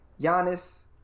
Giannis